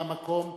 מהמקום,